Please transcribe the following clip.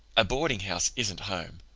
a boardinghouse isn't home.